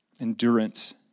Endurance